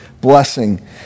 blessing